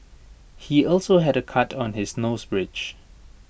he also had A cut on his nose bridge